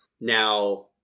Now